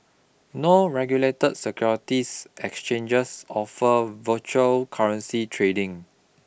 no regulated securities exchanges offer virtual currency trading